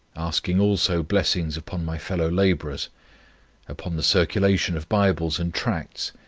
asking also blessings upon my fellow-labourers, upon the circulation of bibles and tracts,